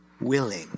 willing